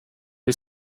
die